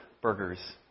burgers